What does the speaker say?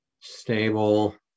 stable